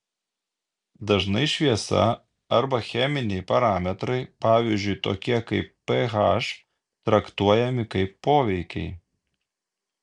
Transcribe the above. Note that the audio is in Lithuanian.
dažnai šviesa arba cheminiai parametrai pavyzdžiui tokie kaip ph traktuojami kaip poveikiai